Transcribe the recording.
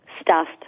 stuffed